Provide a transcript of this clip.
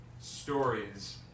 stories